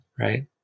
Right